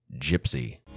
Gypsy